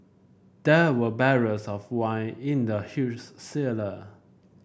there were barrels of wine in the huge cellar